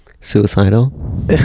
suicidal